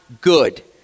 good